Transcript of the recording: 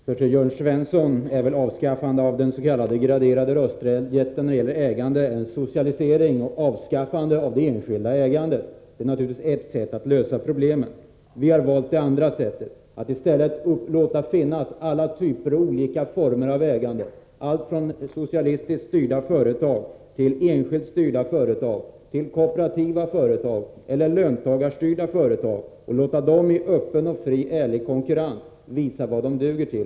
Fru talman! För Jörn Svensson är väl borttagandet av den s.k. graderade rösträtten när det gäller ägande en socialisering och ett avskaffande av det enskilda ägandet. Det är naturligtvis ett sätt att lösa problemen. Vi har valt det andra sättet — att i stället tillåta olika former av ägande, allt från socialistiskt styrda företag till enskilt styrda företag, kooperativa företag och löntagarstyrda företag. De får i fri och ärlig konkurrens visa vad de duger till.